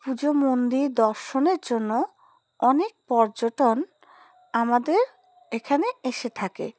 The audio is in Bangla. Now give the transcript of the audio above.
পুজো মন্দির দর্শনের জন্য অনেক পর্যটক আমাদের এখানে এসে থাকে